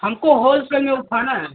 हमको होलसेल में उठाना है